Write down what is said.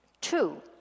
Two